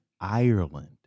Ireland